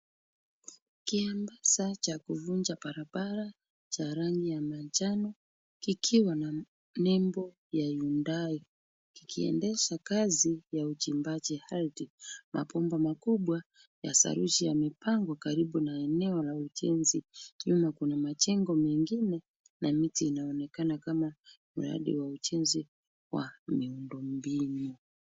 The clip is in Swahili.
Kiambaza cha kuvunja barabara cha rangi ya manjano kikiwa na nembo ya Hyundai kikiendesha kazi ya uchimbaji ardhi. Mapambo makubwa ya saruji yamepangwa karibu na eneo la ujenzi. Nyuma kuna majengo mengine na miti inaonekana kama mradi wa ujenzi wa miundo mbinu.